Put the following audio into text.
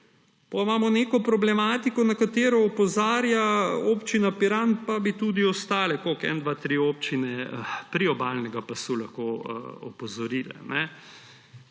Potem imamo neko problematiko, na katero opozarja Občina Piran, pa bi tudi ostale – koliko? – ena, dve, tri občine priobalnega pasu lahko opozorile,